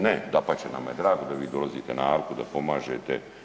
Ne, dapače nama je drago da vi dolazite na alku, da pomažete.